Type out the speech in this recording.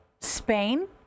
Spain